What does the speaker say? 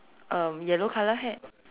um yellow colour hat